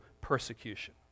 persecution